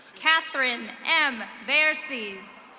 katherine m vairsees.